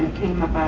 came up